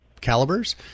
calibers